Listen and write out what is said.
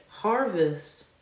Harvest